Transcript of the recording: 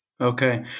Okay